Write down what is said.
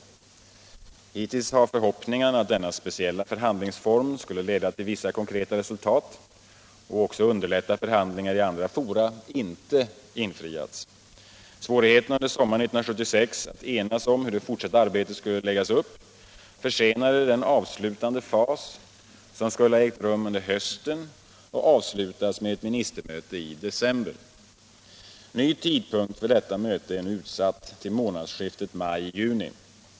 Hittills har förhoppningarna att denna speciella förhandlingsform skulle leda till vissa konkreta resultat och också underlätta förhandlingar i andra fora inte infriats. Svårigheterna under sommaren 1976 att enas om hur det fortsatta arbetet skulle läggas upp försenade den avslutande fas som skulle ha ägt rum under hösten och avslutats med ett ministermöte i december. Ny tidpunkt för detta möte är nu utsatt till månadsskiftet maj-juni.